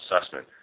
Assessment